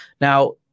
Now